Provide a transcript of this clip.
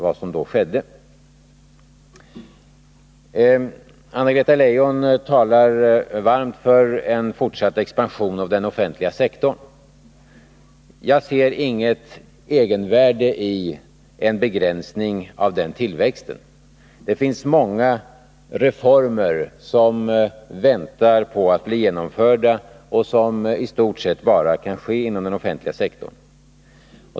Anna-Greta Leijon talar varmt för en fortsatt expansion av den offentliga sektorn. Jag ser inget egenvärde i en begränsning av den tillväxten. Det finns många reformer som väntar på att bli genomförda och som i stort sett bara kan ske inom den offentliga sektorn.